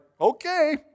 okay